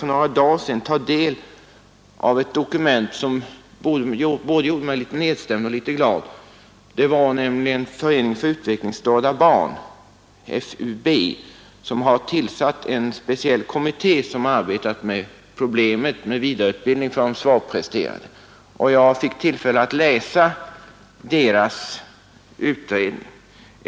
För några dagar sedan tog jag del av ett dokument som gjorde mig både nedstämd och glad. Riksförbundet för utvecklingsstörda barn, FUB, har nämligen tillsatt en speciell kommitté som har arbetat med problemet med vidareutbildning för de svagpresterande, och jag fick tillfälle att läsa dess redovisning.